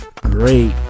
great